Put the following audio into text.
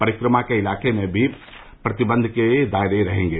परिक्रमा के इलाके भी प्रतिबंध के दायरे में रहेंगे